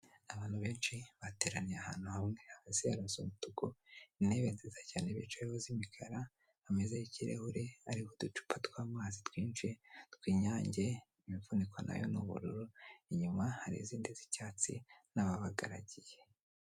Abantu benshi bateraniye ahantu hamwe hasi harasa umutuku, intebe nziza cyane bicayeho z'imikara ameza y'ikirahure ariho uducupa twamazi twinshi tw'inyange imifuniko nayo ni ubururu inyuma hari izindi z'icyatsi n'ababagaragiye.